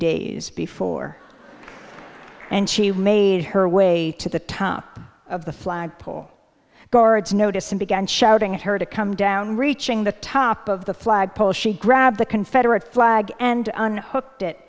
days before and she made her way to the top of the flagpole guards notice and began shouting at her to come down reaching the top of the flagpole she grabbed the confederate flag and hooked it